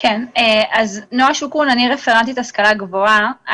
אני רפרנטית השכלה גבוהה.